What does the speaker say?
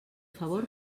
favor